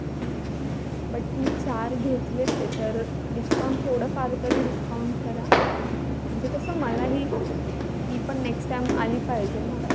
अच्छा बट मी चार घेतले ते तर डिस्काउंट थोडंफार तरी डिस्काउंट करा म्हणजे कसं मलाही मी पण नेक्स्ट टाईम आले पाहिजे ना